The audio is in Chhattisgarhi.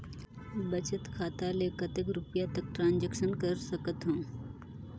बचत खाता ले कतेक रुपिया तक ट्रांजेक्शन कर सकथव?